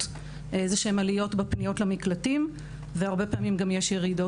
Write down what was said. עליות בפניות למקלטים והרבה פעמים גם יש ירידות.